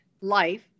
life